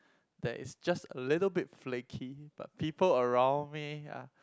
that is just a little bit flaky but people around me are